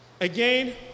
Again